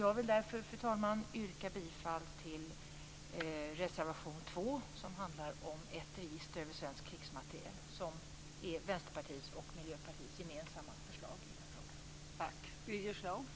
Jag vill därför, fru talman, yrka bifall till reservation 2, som handlar om ett register över svenskt krigsmateriel. Det är Vänsterpartiets och Miljöpartiets gemensamma förslag i den här frågan.